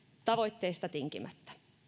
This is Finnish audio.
tavoitteista tinkimättä